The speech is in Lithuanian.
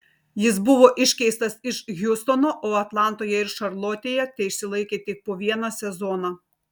jis buvo iškeistas iš hjustono o atlantoje ir šarlotėje teišsilaikė tik po vieną sezoną